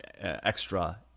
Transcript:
extra